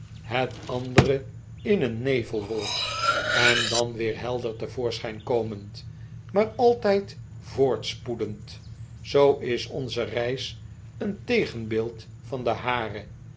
het andere in een nevelwolk en dan weer helder te voorschijn komend maar altijd voortspoedend zoo is onze reis een tegenbeeld van de hare